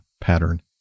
pattern